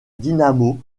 dynamo